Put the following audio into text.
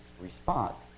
response